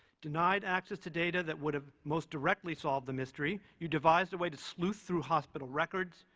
denied access to data that would have most directly solved the mystery, you devised a way to sleuth through hospital records,